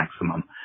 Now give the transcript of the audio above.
maximum